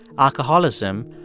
alcoholism,